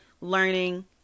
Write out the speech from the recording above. learning